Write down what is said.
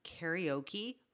karaoke